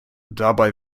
dabei